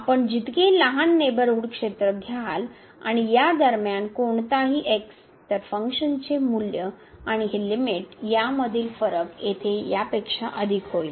आपण जितके लहान नेबरहूड क्षेत्र घ्याल आणि या दरम्यान कोणताही तर फंक्शन चे मूल्य आणि ही लिमिट यामधील फरक येथे यापेक्षा अधिक होईल